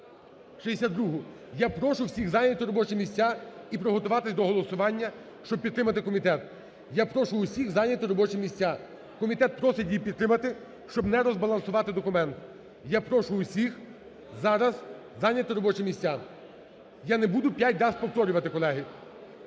62-у. Я прошу всіх зайняти робочі місця і приготуватись до голосування, щоб підтримати комітет. Я прошу всіх зайняти робочі місця. Комітет просить її підтримати, щоб не розбалансувати документ. Я прошу всіх зараз зайняти робочі місця. Я не буду п'ять раз повторювати. Колеги,